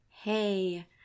Hey